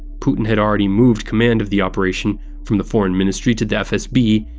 putin had already moved command of the operation from the foreign ministry to the fsb,